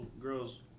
girls